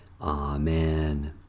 Amen